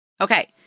Okay